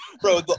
Bro